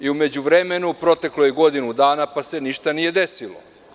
U međuvremenu proteklo je godinu dana, pa se ništa nije desilo.